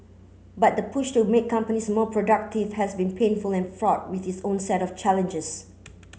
but the push to make companies more productive has been painful and fraught with its own set of challenges